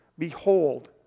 Behold